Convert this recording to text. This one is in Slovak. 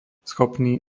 schopný